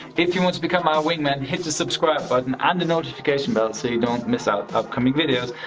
if you want to become our wingman hit the subscribe button, and the notification bell so you don't miss out upcoming videos.